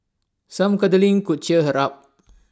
some cuddling could cheer her up